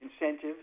incentives